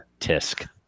tisk